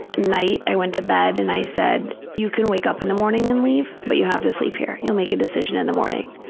night i went to bed and i said, you can wake up in the morning and leave, but you have to sleep here. you'll make a decision in the morning.